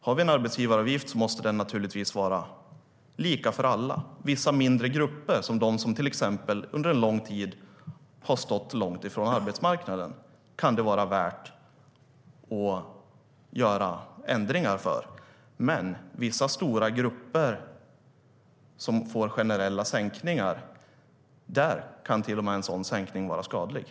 Det kan vara värt att göra undantag för vissa mindre grupper, till exempel för dem som under lång tid stått långt från arbetsmarknaden. Men generella sänkningar för stora grupper kan till och med vara skadligt.